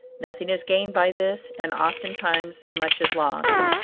nothing is gained by this, and ofttimes much is lost.